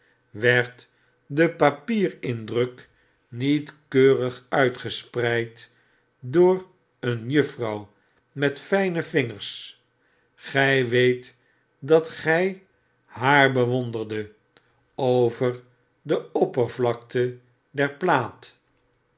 werd de papier indruk niet keurig uitgespreid door een juffrouw met fijne vingers gfl w e e t dat gfl haar bewonderdet over de oppervlakte der plaat